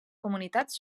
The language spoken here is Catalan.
comunitats